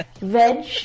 Veg